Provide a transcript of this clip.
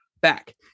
back